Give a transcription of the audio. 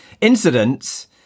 incidents